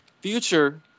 Future